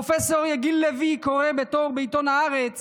פרופ' יגיל לוי קורא בטור עיתון הארץ